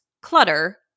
clutter